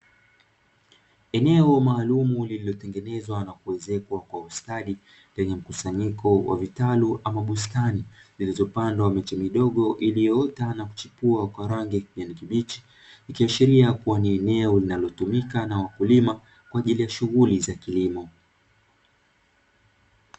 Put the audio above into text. Eneo maalumu lililoezekwa kwa ustadi lenye mkusanyiko wa vitalu ama bustani zilizopandwa miche midogo iliyoota na kuchipua kwa rangi ya kijani kibichi, ikiashiria kuwa ni eneo linalotumika na wakulima kwa ajili ya shughuli za kilimo.